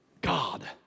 God